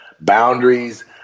boundaries